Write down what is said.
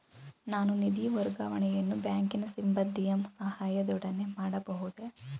ನಾನು ನಿಧಿ ವರ್ಗಾವಣೆಯನ್ನು ಬ್ಯಾಂಕಿನ ಸಿಬ್ಬಂದಿಯ ಸಹಾಯದೊಡನೆ ಮಾಡಬಹುದೇ?